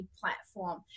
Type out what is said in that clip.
platform